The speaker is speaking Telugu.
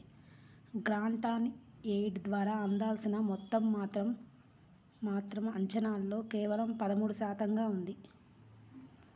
గ్రాంట్ ఆన్ ఎయిడ్ ద్వారా అందాల్సిన మొత్తం మాత్రం మాత్రం అంచనాల్లో కేవలం పదమూడు శాతంగా ఉంది